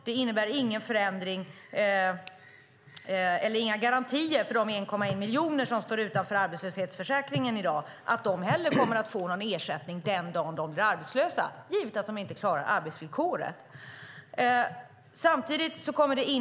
Det innebär inte heller några garantier för de 1,1 miljoner som står utanför arbetslöshetsförsäkringen i dag att de kommer att få någon ersättning den dag de blir arbetslösa, givet att de inte klarar arbetsvillkoret.